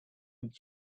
and